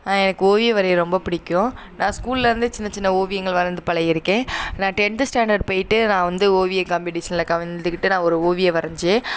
எனக்கு ஓவியம் வரைய ரொம்ப பிடிக்கும் நான் ஸ்கூல்லேருந்தே சின்ன சின்ன ஓவியங்கள் வரைந்து பழகியிருக்கேன் நான் டென்த்து ஸ்டாண்டார்ட் போயிட்டு நான் வந்து ஓவியக் காம்படீஷனில் கலந்துக்குட்டு நான் ஒரு ஓவியம் வரைஞ்சேன்